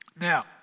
Now